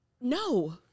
No